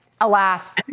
alas